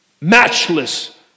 matchless